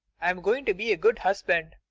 i'm going to be a good husband.